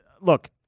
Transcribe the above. look